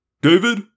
David